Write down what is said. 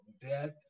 death